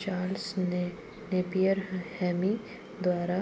Charles Napier हेमी द्वारा